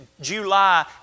July